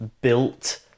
built